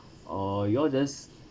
or you all just